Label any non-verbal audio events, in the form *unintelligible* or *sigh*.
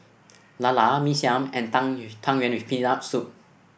Lala Mee Siam and Tang *unintelligible* Tang Yuen with Peanut Soup